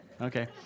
Okay